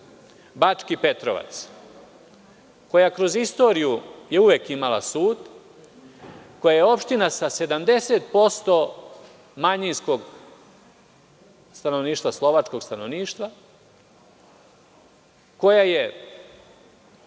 Bački Petrovac, koja kroz istoriju je uvek imala sud, koja je opština sa 70% manjinskog stanovništva, slovačkog stanovništva, koja je